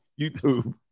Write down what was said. YouTube